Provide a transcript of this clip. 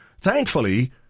Thankfully